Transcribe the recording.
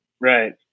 Right